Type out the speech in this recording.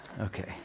Okay